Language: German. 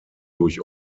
durch